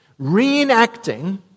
reenacting